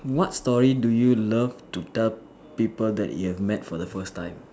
what story do you love to tell people that you met for the first time